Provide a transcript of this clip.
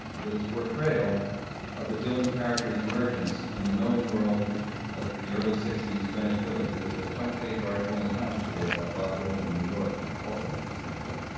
with its portrayal of the dylan character s emergence in the knowing world of the early sixty s greenwich village. there's a front-page article in the times today about bob dylan in new york, which also makes the same point.